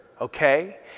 okay